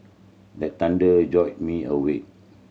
the thunder jolt me awake